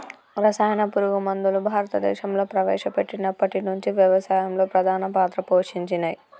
రసాయన పురుగు మందులు భారతదేశంలా ప్రవేశపెట్టినప్పటి నుంచి వ్యవసాయంలో ప్రధాన పాత్ర పోషించినయ్